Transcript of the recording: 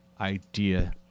idea